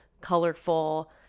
colorful